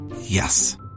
Yes